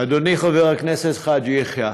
חבר הכנסת חאג' יחיא,